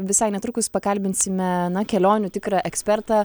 visai netrukus pakalbinsime kelionių tikrą ekspertą